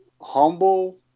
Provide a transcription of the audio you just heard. humble